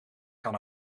kan